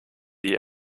die